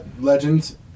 Legends